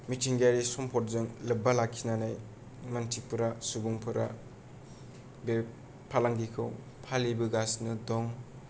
मिथिंगायारि सम्पदजों लोब्बा लाखिनानै मानसिफोरा सुबुंफोरा बे फालांगिखौ फालिबोगासिनो दं